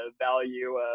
value